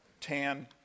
tan